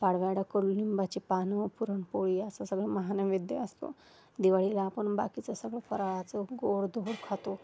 पाडव्याला कडुलिंबाचे पानं पुरणपोळी असं सगळं महानैवेद्य असतो दिवाळीला आपण बाकीचं सगळं फराळाचं गोड धोड खातो